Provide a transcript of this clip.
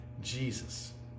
Jesus